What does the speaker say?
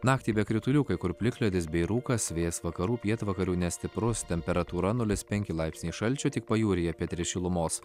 naktį be kritulių kai kur plikledis bei rūkas vėjas vakarų pietvakarių nestiprus temperatūra nulis penki laipsniai šalčio tik pajūryje apie tris šilumos